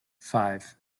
five